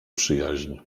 przyjaźń